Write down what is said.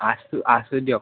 আছোঁ আছোঁ দিয়ক